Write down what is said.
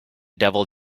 devil